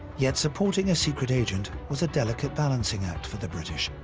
yet supporting a secret agent was a delicate balancing act for the british.